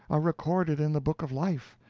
are recorded in the book of life,